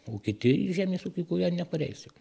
o kiti į žemės ūkį kurie nepareis jau